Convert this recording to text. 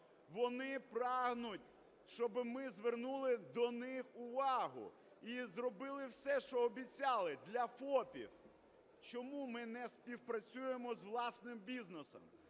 Вони прагнуть, щоб ми звернули до них увагу і зробили все, що обіцяли для ФОПів. Чому ми не співпрацюємо з власним бізнесом?